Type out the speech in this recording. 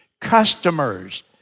customers